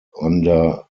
under